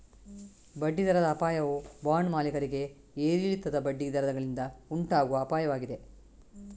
ಬಡ್ಡಿ ದರದ ಅಪಾಯವು ಬಾಂಡ್ ಮಾಲೀಕರಿಗೆ ಏರಿಳಿತದ ಬಡ್ಡಿ ದರಗಳಿಂದ ಉಂಟಾಗುವ ಅಪಾಯವಾಗಿದೆ